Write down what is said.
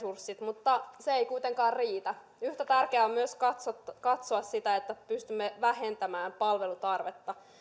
viranomaisresurssit mutta se ei kuitenkaan riitä yhtä tärkeää on myös katsoa sitä että pystymme vähentämään palvelutarvetta